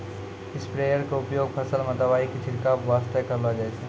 sprayer के उपयोग फसल मॅ दवाई के छिड़काब वास्तॅ करलो जाय छै